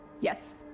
Yes